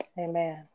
Amen